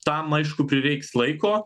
tam aišku prireiks laiko